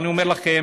אני אומר לכם,